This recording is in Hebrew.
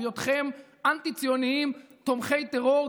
בהיותכם אנטי-ציוניים תומכי טרור,